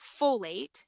folate